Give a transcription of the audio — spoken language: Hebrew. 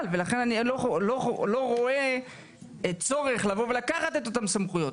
ולכן אני לא רואה צורך לבוא ולקחת את אותן סמכויות.